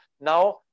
Now